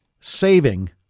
saving